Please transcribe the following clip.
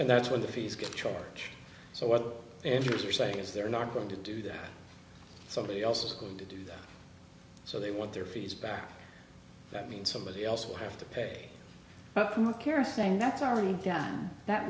and that's when the fees get charge so what you're saying is they're not going to do that somebody else is going to do that so they want their fees back that means somebody else will have to pay more care saying that aren't done that